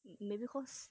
maybe cause